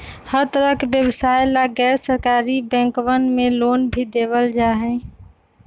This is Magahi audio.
हर तरह के व्यवसाय ला गैर सरकारी बैंकवन मे लोन भी देवल जाहई